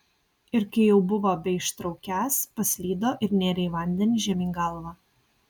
ir kai jau buvo beištraukiąs paslydo ir nėrė į vandenį žemyn galva